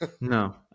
No